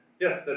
yes